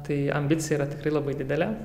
tai ambicija yra tikrai labai didelė